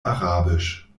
arabisch